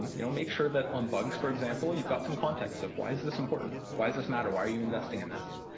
you know make sure that, on bugs for example, you've got some context of is this important? why does this matter? why are you investing in this?